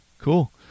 cool